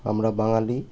আমরা বাঙালি